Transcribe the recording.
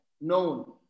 known